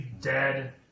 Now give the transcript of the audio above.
dead